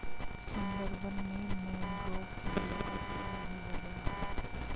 सुंदरबन में मैंग्रोव जंगलों का सफाया ही हो गया है